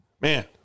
Man